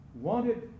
wanted